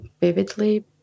vividly